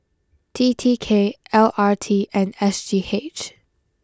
T T K L R T and S G H